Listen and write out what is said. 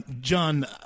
john